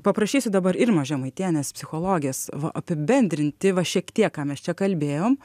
paprašysiu dabar irma žemaitienės psichologės va apibendrinti va šiek tiek ką mes čia kalbėjom